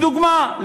לדוגמה,